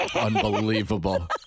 unbelievable